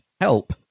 help